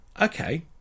Okay